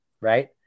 Right